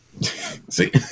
See